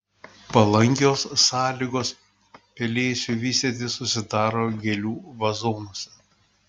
palankios sąlygos pelėsiui vystytis susidaro gėlių vazonuose